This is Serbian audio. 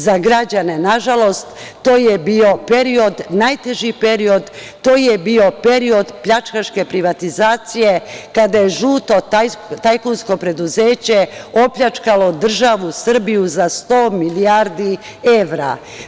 Za građane, nažalost, to je bio najteži period, to je bio period pljačkaške privatizacije kada je žuto tajkunsko preduzeće opljačkalo državu Srbiju za 100 milijardi evra.